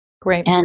Great